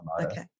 Okay